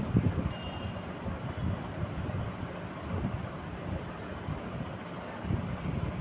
हरेक चीजो से कर आरु आर्थिक वृद्धि के फायदो होय छै